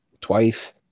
twice